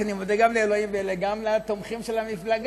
אני אמרתי שאני מודה גם לאלוהים וגם לתומכים של המפלגה,